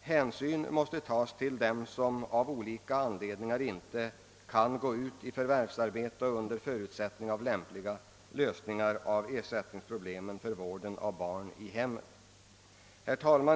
Hänsyn bör tas till dem som av olika anledningar inte kan gå ut i förvärvsarbete under beaktande av lämpliga lösningar på problemet om ersättning för vård av barn i hemmet. Herr talman!